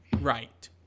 Right